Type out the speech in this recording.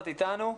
את איתנו?